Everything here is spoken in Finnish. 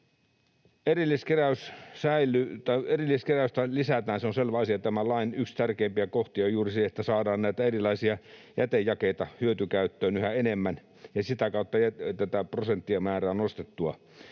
Erilliskeräystä lisätään, se on selvä asia. Tämän lain yksi tärkeimpiä kohtia on juuri se, että saadaan näitä erilaisia jätejakeita hyötykäyttöön yhä enemmän ja sitä kautta tätä prosenttimäärää nostettua.